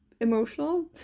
emotional